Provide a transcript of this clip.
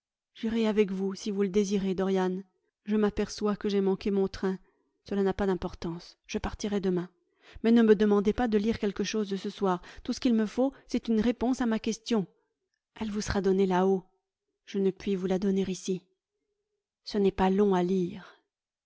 j'irai avec vous si vous le désirez dorian je m'aperçois que j'ai manqué mon train gela n'a pas d'importance je partirai demain mais ne me demandez pas de lire quelque chose ce soir tout ce qu'il me faut c'est une réponse à ma question elle vous sera donnée là-haut je ne puis vous la donner ici ce n'est pas long à lire